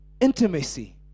intimacy